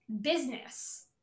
business